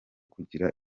kugira